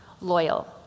Loyal